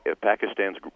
Pakistan's